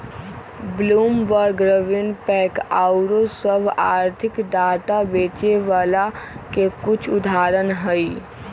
Bloomberg, RavenPack आउरो सभ आर्थिक डाटा बेचे बला के कुछ उदाहरण हइ